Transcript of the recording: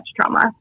trauma